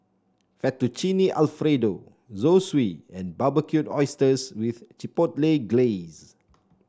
Fettuccine Alfredo Zosui and Barbecued Oysters with Chipotle Glaze